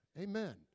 Amen